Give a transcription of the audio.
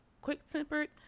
quick-tempered